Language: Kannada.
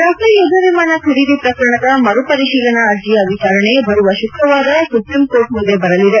ರಫೇಲ್ ಯುದ್ದ ವಿಮಾನ ಖರೀದಿ ಪ್ರಕರಣದ ಮರುಪರಿಶೀಲನಾ ಅರ್ಜೆಯ ವಿಚಾರಣೆ ಬರುವ ಶುಕ್ರವಾರ ಸುಪ್ರೀಂ ಕೋರ್ಟ್ ಮುಂದೆ ಬರಲಿದೆ